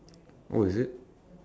oh is it